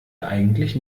eigentlich